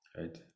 right